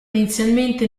inizialmente